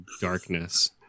darkness